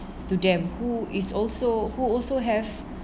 to them who is also who also have